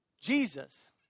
Jesus